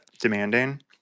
demanding